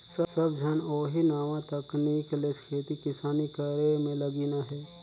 सब झन ओही नावा तकनीक ले खेती किसानी करे में लगिन अहें